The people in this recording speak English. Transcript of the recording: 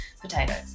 potatoes